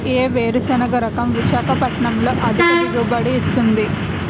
ఏ వేరుసెనగ రకం విశాఖపట్నం లో అధిక దిగుబడి ఇస్తుంది?